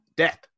death